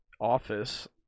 office